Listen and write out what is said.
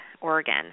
Oregon